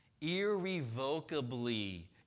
irrevocably